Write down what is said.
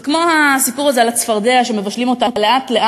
זה כמו הסיפור הזה על הצפרדע שמבשלים אותה לאט-לאט,